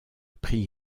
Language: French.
prix